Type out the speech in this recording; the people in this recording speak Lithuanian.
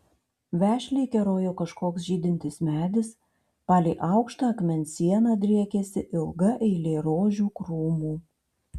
vešliai kerojo kažkoks žydintis medis palei aukštą akmens sieną driekėsi ilga eilė rožių krūmų